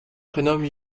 prénomme